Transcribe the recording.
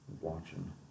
watching